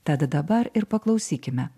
tad dabar ir paklausykime